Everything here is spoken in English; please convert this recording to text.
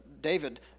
David